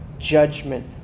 judgment